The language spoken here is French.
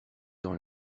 dans